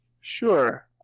Sure